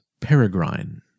Peregrine